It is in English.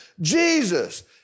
Jesus